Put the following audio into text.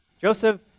Joseph